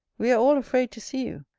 we are all afraid to see you,